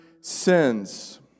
sins